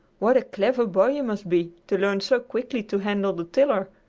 what a clever boy you must be to learn so quickly to handle the tiller.